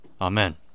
Amen